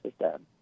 system